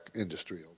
industry